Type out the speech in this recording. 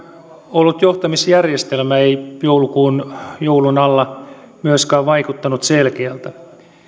ollut johtamisjärjestelmä ei joulun alla myöskään vaikuttanut selkeältä